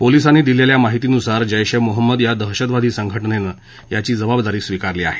पोलिसांनी दिलेल्या माहितीनुसार जेश ए मोहम्मद या दहशतवादी संघटनेनं याची जबाबदारी स्वीकारली आहे